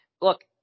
look